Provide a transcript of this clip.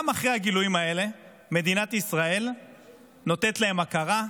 גם אחרי הגילויים האלה מדינת ישראל נותנת להם הכרה,